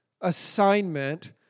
assignment